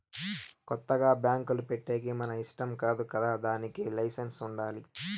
కొత్తగా బ్యాంకులు పెట్టేకి మన ఇష్టం కాదు కదా దానికి లైసెన్స్ ఉండాలి